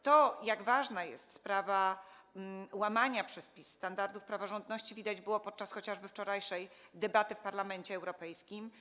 To, jak ważna jest sprawa łamania przez PiS standardów praworządności, było widać chociażby podczas wczorajszej debaty w Parlamencie Europejskim.